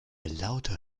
lauter